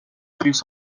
plus